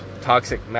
toxic